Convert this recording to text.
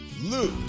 Luke